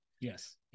Yes